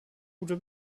gute